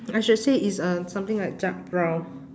I should say it's uh something like dark brown